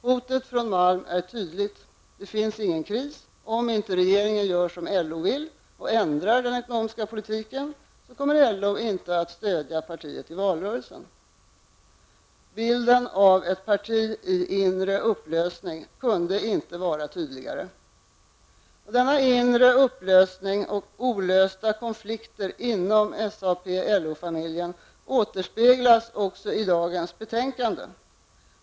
Hotet från Stig Malm är tydligt: Det finns ingen kris. Om inte regeringen gör som LO vill och ändrar den ekonomiska politiken kommer LO inte att stödja partiet i valrörelsen. Bilden av ett parti i inre upplösning kunde inte vara tydligare. Denna inre upplösning och olösta konflikter inom SAP/LO-familjen återspeglas också i dagens betänkande.